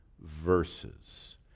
verses